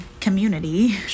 community